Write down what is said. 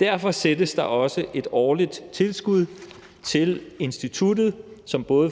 Derfor fastsættes der også et årligt tilskud til instituttet, som både